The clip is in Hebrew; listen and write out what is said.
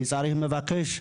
אני צריך לבקש,